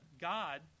God